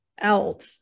out